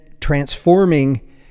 transforming